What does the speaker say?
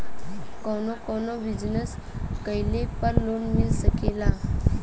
कवने कवने बिजनेस कइले पर लोन मिल सकेला?